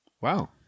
Wow